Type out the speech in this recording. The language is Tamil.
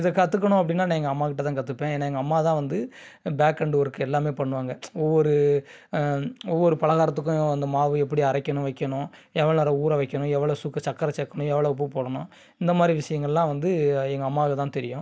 இதை கற்றுக்கணும் அப்படின்னா நான் எங்கள் அம்மாகிட்டேதான் கற்றுப்பேன் ஏன்னால் எங்கள் அம்மாதான் வந்து பேக் அண்ட் ஒர்க் எல்லாமே பண்ணுவாங்க ஒவ்வொரு ஒவ்வொரு பலகாரத்துக்கும் அந்த மாவு எப்படி அரைக்கணும் வைக்கணும் எவ்வளோ நேரம் ஊற வைக்கணும் எவ்வளோ சுக்கு சர்க்கர சேர்க்கணும் எவ்வளோ உப்பு போடணும் இந்தமாதிரி விஷயங்கள்லாம் வந்து எங்கள் அம்மாவுக்குதான் தெரியும்